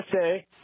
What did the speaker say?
say